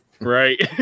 Right